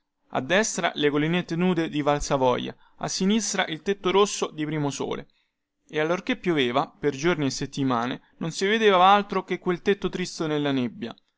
a destra le collinette nude di valsavoia a sinistra il tetto rosso di primosole e allorchè pioveva per giorni e settimane non si vedeva altro che quel tetto tristo nella nebbia